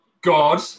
God